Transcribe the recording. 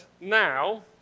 now